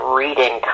reading